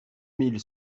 mille